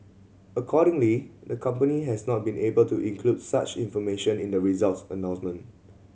accordingly the company has not been able to include such information in the results announcement